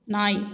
நாய்